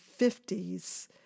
50s